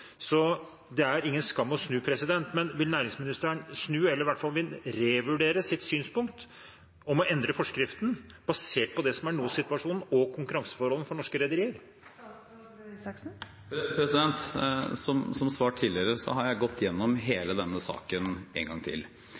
Det er ingen skam å snu. Vil næringsministeren snu eller i hvert fall revurdere sitt synspunkt om å endre forskriften, basert på det som nå er situasjonen og konkurranseforholdene for norske rederier? Som svart tidligere har jeg gått gjennom hele denne saken en gang til.